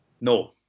No